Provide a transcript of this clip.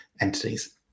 entities